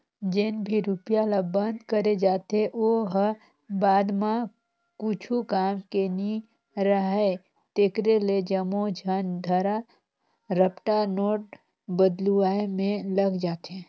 जेन भी रूपिया ल बंद करे जाथे ओ ह बाद म कुछु काम के नी राहय तेकरे ले जम्मो झन धरा रपटा नोट बलदुवाए में लग जाथे